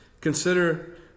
Consider